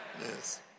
Yes